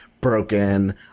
broken